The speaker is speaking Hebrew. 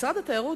משרד התיירות,